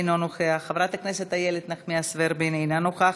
אינו נוכח,